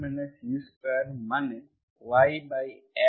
এই du1 u2 মানে yx xC